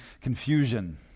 confusion